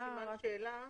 אני שמה סימן שאלה.